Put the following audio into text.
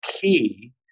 key